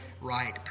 right